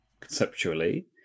conceptually